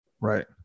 right